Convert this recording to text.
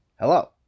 hello